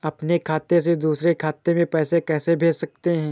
अपने खाते से दूसरे खाते में पैसे कैसे भेज सकते हैं?